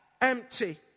empty